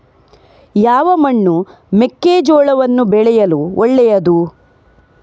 ಯಾವ ಮಣ್ಣು ಮೆಕ್ಕೆಜೋಳವನ್ನು ಬೆಳೆಯಲು ಒಳ್ಳೆಯದು?